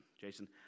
Jason